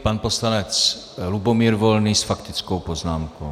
Pan poslanec Lubomír Volný s faktickou poznámkou.